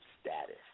status